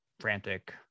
frantic